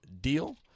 deal